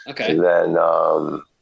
okay